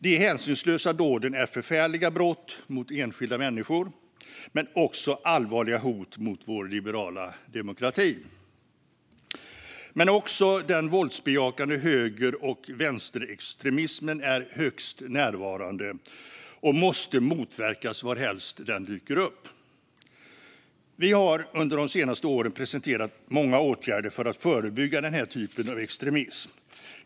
De hänsynslösa dåden är förfärliga brott mot enskilda människor men också allvarliga hot mot vår liberala demokrati. Men också den våldsbejakande höger och vänsterextremismen är högst närvarande och måste motverkas varhelst den dyker upp. Vi har under de senaste åren presenterat många åtgärder för att förebygga den här typen av extremism.